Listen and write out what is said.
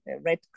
Red